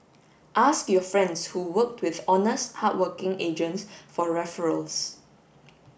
ask your friends who worked with honest hardworking agents for referrals